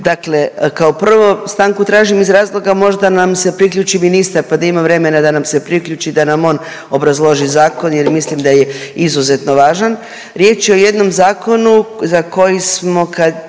Dakle, kao prvo stanku tražim iz razloga možda nam se priključi ministar pa da ima vremena da nam se priključi da nam on obrazloži zakon jer mislim da je izuzetno važan. Riječ je o jednom zakonu za koji smo